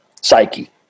psyche